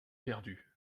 perdu